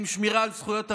עם שמירה על זכויות המיעוט,